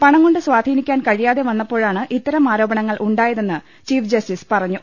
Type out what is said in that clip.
പണം കൊണ്ട് സാധീനിക്കാൻ കഴിയാതെ വന്നപ്പോഴാണ് ഇത്തരം ആരോപണങ്ങൾ ഉണ്ടായതെന്ന് ചീഫ് ജസ്റ്റിസ് പറ ഞ്ഞു